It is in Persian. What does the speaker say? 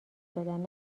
دادن